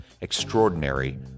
extraordinary